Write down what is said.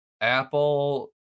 apple